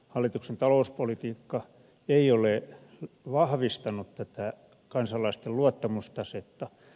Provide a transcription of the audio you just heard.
hallituksen talouspolitiikka ei ole vahvistanut tätä kansalaisten luottamustasetta